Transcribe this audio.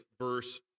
verse